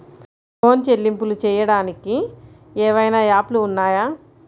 Phone చెల్లింపులు చెయ్యటానికి ఏవైనా యాప్లు ఉన్నాయా?